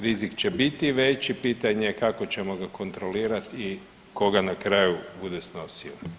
Rizik će biti veći, pitanje ja kako ćemo ga kontrolirati i koga na kraju bude snosio.